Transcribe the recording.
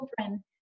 children